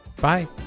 bye